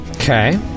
Okay